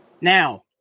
Now